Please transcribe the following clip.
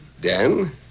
Dan